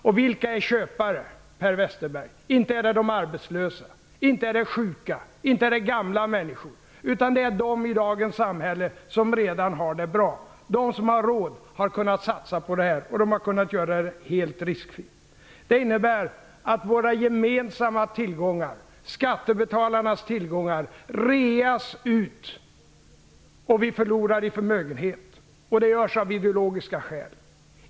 Och vilka är köpare, Per Westerberg? Det är inte arbetslösa, inte sjuka, inte gamla människor, utan det är de i dagens samhälle som redan har det bra. De som har råd har kunnat satsa och har kunnat göra det helt riskfritt. Detta innebär att våra gemensamma tillgångar, skattebetalarnas tillgångar, reas och att vi förlorar förmögenhet. Det görs av ideologiska skäl.